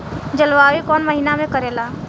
जलवायु कौन महीना में करेला?